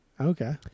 Okay